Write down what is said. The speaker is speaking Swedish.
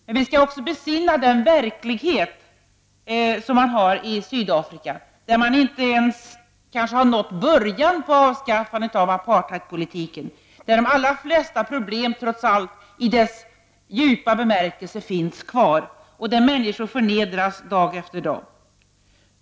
Samtidigt skall vi också besinna den verklighet som man har i Sydafrika, där man kanske inte ens har nått början på avskaffandet av apartheidpolitiken, där de flesta problem trots allt i dess djupa bemärkelse finns kvar och där människor förnedras dag efter dag.